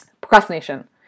Procrastination